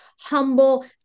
humble